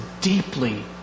deeply